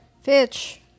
Fitch